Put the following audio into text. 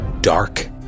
dark